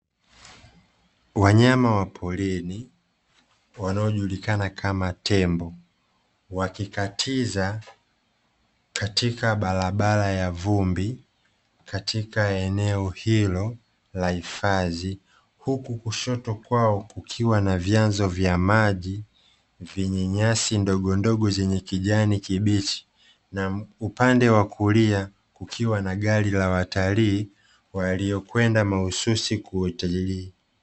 Wanyama wa porini wanaojulikana kama tembo, wakikatiza katika barabara ya vumbi katika eneo hilo la hifadhi, huku kushoto kwao kukiwa na vyanzo vya maji vyenye nyasi ndogondogo zenye kijani kibichi, na upande wa kulia kukiwa na gari la watalii walio kwenda mahususi kwa utalii.